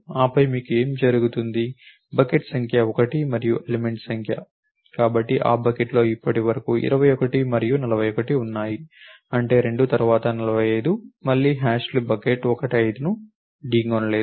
ఆపై మీకు ఏమి జరుగుతుంది బకెట్ సంఖ్య 1 మరియు ఆ బకెట్లో ఇప్పటివరకు ఉన్న ఎలిమెంట్ సంఖ్య 21 మరియు 41 ఉన్నాయి అంటే 2 తర్వాత 45 మళ్లీ బకెట్ 5 ను హ్యాష్ చేస్తుంది ఢీకొనలేదు